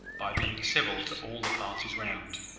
by being civil to all the parties round.